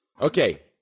Okay